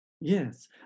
Yes